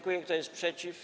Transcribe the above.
Kto jest przeciw?